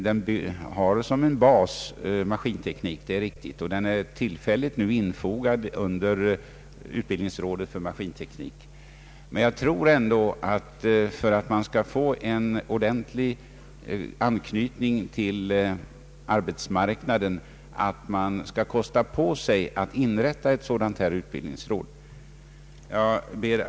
Den har maskinteknik som bas, det är riktigt, och den är nu tillfälligt infogad under utbildningsrådet för maskinteknik. Men för att man skall få en ordentlig anknytning till arbetsmarknaden tror jag att man ändå skall kosta på sig att inrätta ett sådant utbildningsråd som föreslagits.